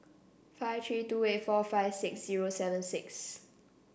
five three two eight four five six zero seven six